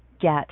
get